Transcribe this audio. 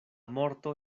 morto